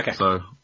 Okay